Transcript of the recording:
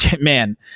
man